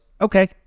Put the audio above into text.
okay